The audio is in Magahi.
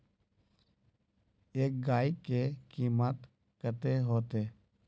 एक गाय के कीमत कते होते?